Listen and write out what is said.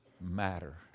matter